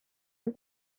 was